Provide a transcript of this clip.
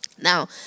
Now